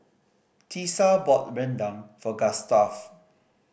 Tisa bought rendang for Gustaf